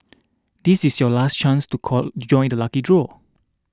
this is your last chance to core join the lucky draw